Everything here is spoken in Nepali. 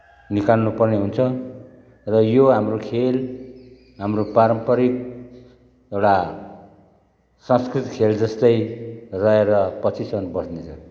निकाल्नुपर्ने हुन्छ र यो हाम्रो खेल हाम्रो पारम्परिक एउटा संस्कृत खेल जस्तै रहेर पछिसम्म बस्ने छ